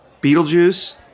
beetlejuice